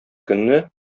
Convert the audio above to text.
көнне